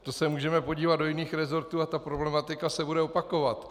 To se můžeme podívat do jiných resortů a problematika se bude opakovat.